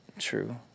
True